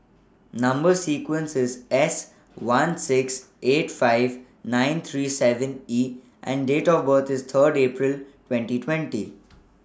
Number sequence IS S one six eight five nine three seven E and Date of birth IS Third April twenty twenty